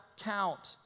count